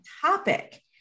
topic